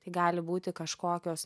tai gali būti kažkokios